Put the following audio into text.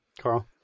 Carl